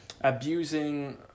abusing